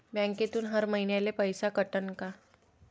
बँकेतून हर महिन्याले पैसा कटन का?